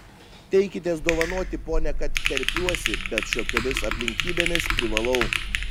teikitės dovanoti pone kad terpiuosi bet šiokiomis aplinkybėmis privalau